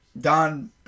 Don